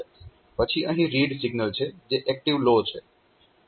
પછી અહીં read signal છે જે એક્ટીવ લો છે